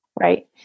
Right